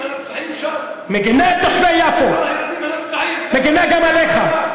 בושה, מגִנים על הילדים הנרצחים שם.